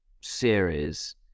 series